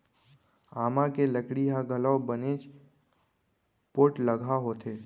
आमा के लकड़ी ह घलौ बनेच पोठलगहा होथे